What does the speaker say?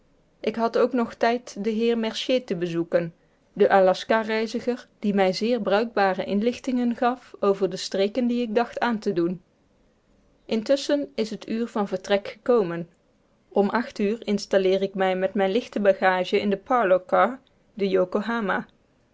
ik had ook nog tijd den heer mercier te bezoeken den aljaska reiziger die mij zeer bruikbare inlichtingen gaf over de streken die ik dacht aan te doen intusschen is het uur van vertrek gekomen om uur installeer ik mij met mijne lichte bagage in den parlour car de